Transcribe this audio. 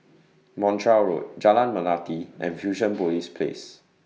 Montreal Road Jalan Melati and Fusionopolis Place